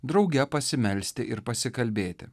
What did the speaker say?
drauge pasimelsti ir pasikalbėti